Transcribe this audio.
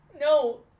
No